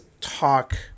talk